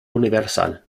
universal